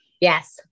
Yes